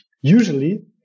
usually